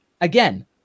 Again